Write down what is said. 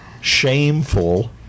shameful